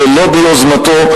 ולא ביוזמתו,